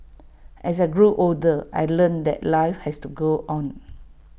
as I grew older I learnt that life has to go on